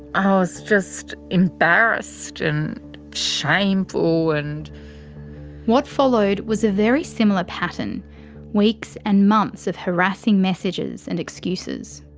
i was just embarrassed and shameful. and what followed, was a very similar pattern weeks and months of harassing messages and excuses.